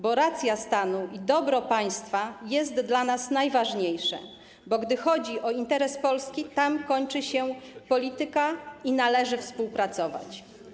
Bo racja stanu i dobro państwa są dla nas najważniejsze, bo gdzie chodzi o interes Polski, tam kończy się polityka i należy współpracować.